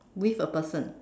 with a person